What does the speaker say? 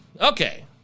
Okay